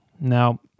Now